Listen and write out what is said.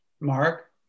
Mark